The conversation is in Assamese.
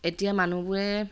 এতিয়া মানুহবোৰে